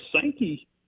Sankey